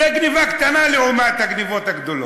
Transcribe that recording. זו גנבה קטנה לעומת הגנבות הגדולות.